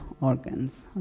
organs